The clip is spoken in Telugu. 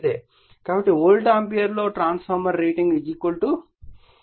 కాబట్టి వోల్ట్ ఆంపియర్ లో ట్రాన్స్ఫార్మర్ రేటింగ్ V2 I2